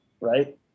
right